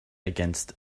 against